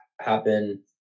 happen